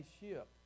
ship